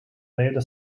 vijfde